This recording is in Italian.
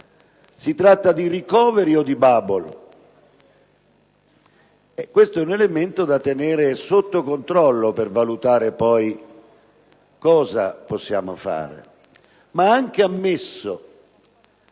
si tratta di *recovery* o di *bubble.* Si tratta di un elemento da tenere sotto controllo per valutare cosa possiamo fare. Ma, anche ammesso